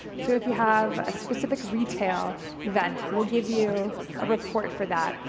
so if you have a specific retail event, we'll give you a report for that,